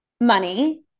money